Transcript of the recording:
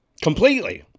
Completely